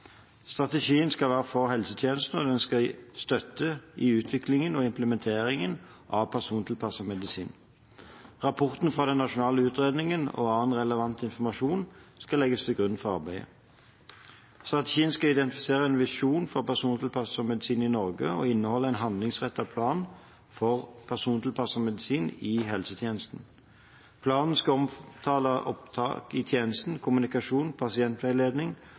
Strategien skal være for helsetjenesten, og den skal gi støtte i utviklingen og implementeringen av persontilpasset medisin. Rapporten fra den nasjonale utredningen og annen relevant informasjon skal legges til grunn for arbeidet. Strategien skal identifisere en visjon for persontilpasset medisin i Norge og inneholde en handlingsrettet plan for persontilpasset medisin i helsetjenesten. Planen skal omtale opptak i tjenesten, kommunikasjon, pasientveiledning,